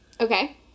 okay